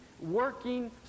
working